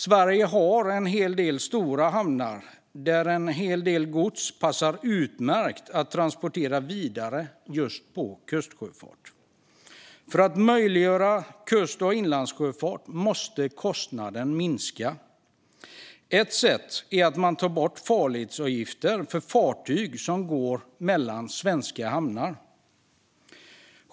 Sverige har en hel del stora hamnar där en hel del gods passar utmärkt att transportera vidare med kustsjöfart. För att möjliggöra kust och inlandssjöfart måste kostnaden minska. Ett sätt är att ta bort farledsavgifter för fartyg som går mellan svenska hamnar.